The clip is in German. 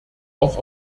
auch